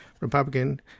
Republican